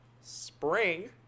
Spring